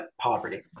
poverty